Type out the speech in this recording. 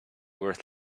worth